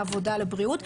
מעבודה לבריאות.